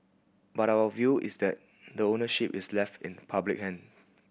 but our view is that the ownership is left in public hand